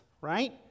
right